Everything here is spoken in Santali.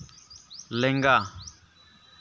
ᱞᱮᱸᱜᱟ